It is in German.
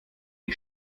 die